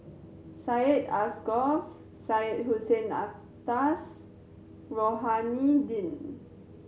Syed Alsagoff Syed Hussein Alatas Rohani Din